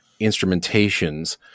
instrumentations